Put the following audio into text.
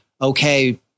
okay